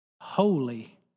holy